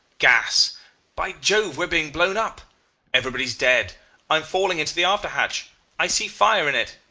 gas by jove! we are being blown up everybody's dead i am falling into the after-hatch i see fire in it